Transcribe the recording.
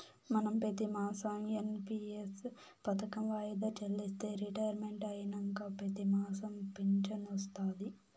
మనం పెతిమాసం ఎన్.పి.ఎస్ పదకం వాయిదా చెల్లిస్తే రిటైర్మెంట్ అయినంక పెతిమాసం ఫించనొస్తాది